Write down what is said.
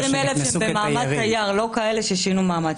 20,000 שהם במעמד תייר, לא כאלה ששינו מעמד.